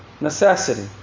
necessity